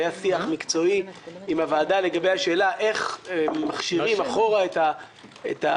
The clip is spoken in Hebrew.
היה שיח מקצועי עם הוועדה לגבי השאלה איך מכשירים אחורה את העברות,